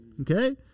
Okay